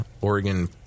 Oregon-